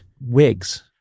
wigs